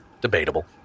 Debatable